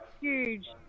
huge